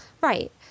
right